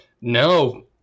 No